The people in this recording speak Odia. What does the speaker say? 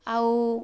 ଆଉ